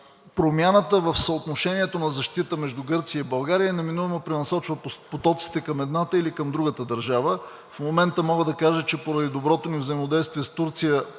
Промяната в съотношението на защита между Гърция и България неминуемо пренасочва потоците към едната или към другата държава. В момента мога да кажа, че поради доброто ни взаимодействие с Турция